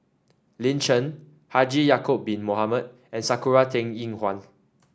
Lin Chen Haji Ya'acob Bin Mohamed and Sakura Teng Ying Hua